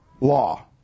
law